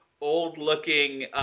old-looking